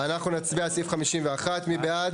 הצבעה בעד